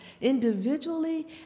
individually